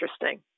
interesting